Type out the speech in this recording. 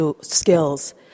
skills